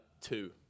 Two